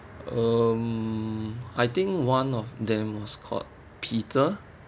um I think one of them was called peter